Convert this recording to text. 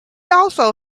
also